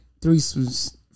threesomes